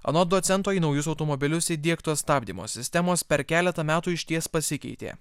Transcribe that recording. anot docento į naujus automobilius įdiegtos stabdymo sistemos per keletą metų išties pasikeitė